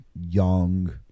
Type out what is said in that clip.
young